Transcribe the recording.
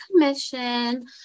commission